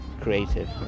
creative